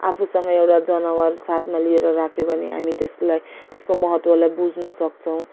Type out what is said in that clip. आफूसँग एउटा जनावर साथमा लिएर राख्यो भने हामी त्यसलाई त्यसको महत्त्वलाई बुझ्नसक्छौँ